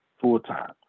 full-time